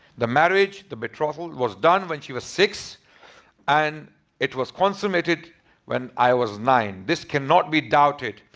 the marriage, the betrothal was done when she was six and it was consummated when i was nine. this cannot be doubted.